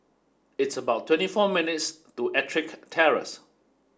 it's about twenty our minutes' to Ettrick Terrace